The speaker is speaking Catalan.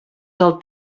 del